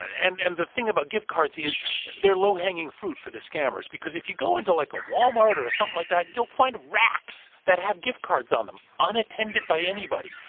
and and the thing about gift cards is they're low-hanging fruit for the scammers because if you go into, like, a walmart or something like that, you'll find racks that have gift cards on them unattended by anybody.